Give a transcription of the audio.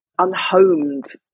unhomed